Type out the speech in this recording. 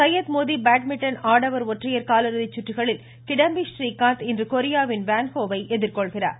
Syed Modi badminton ஆடவர் ஒற்றையர் காலிறுதி சுற்றுகளில் கிடாம்பி ஸ்ரீகாந்த் இன்று கொரியாவின் வேன் ஹோ வை எதிர்கொள்கிறார்